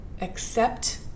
accept